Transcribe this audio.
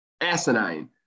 asinine